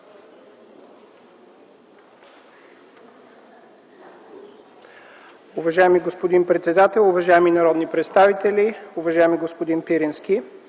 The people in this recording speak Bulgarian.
Уважаеми господин председател, уважаеми народни представители, уважаеми господин Пирински!